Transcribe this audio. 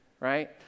Right